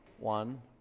One